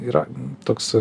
yra toks